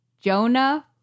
jonah